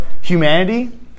humanity